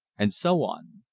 and so on.